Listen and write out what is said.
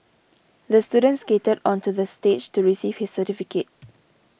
the student skated onto the stage to receive his certificate